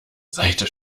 seite